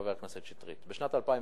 חבר הכנסת שטרית: בשנת 2003